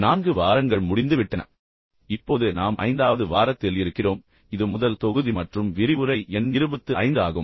நான்கு வாரங்கள் முடிந்துவிட்டன இப்போது நாம் ஐந்தாவது வாரத்தில் இருக்கிறோம் இது முதல் தொகுதி மற்றும் விரிவுரை எண் 25 ஆகும்